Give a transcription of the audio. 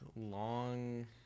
long